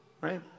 Right